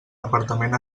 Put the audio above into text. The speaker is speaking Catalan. apartament